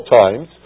times